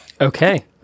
Okay